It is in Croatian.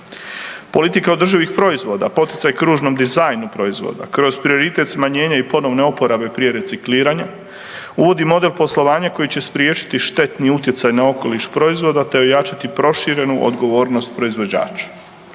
Politika održivih proizvoda, poticaj kružnom dizajnu proizvoda kroz prioritet smanjenja i ponovno oporabe pri recikliranju uvodi model poslovanja koji će spriječiti štetni utjecaj na okoliš proizvoda te ojačati proširenu odgovornost proizvođača.